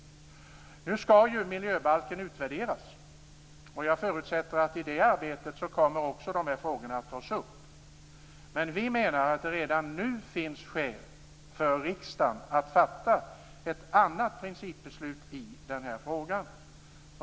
Nu ska ju miljöbalken utvärderas. Jag förutsätter att de här frågorna också kommer att tas upp i det arbetet. Men vi menar att det redan nu finns skäl för riksdagen att fatta ett annat principbeslut i den här frågan.